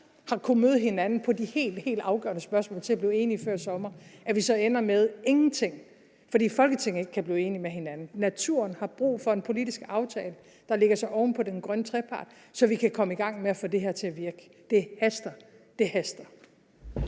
har kunnet møde hinanden i de helt afgørende spørgsmål, til at blive enige før sommer, så ender med ingenting at opnå, fordi Folketinget ikke kan blive enige med hinanden. Naturen har brug for en politisk aftale, der lægger sig oven på den grønne trepart, så vi kan komme i gang med at få det her til at virke. Det haster. Kl.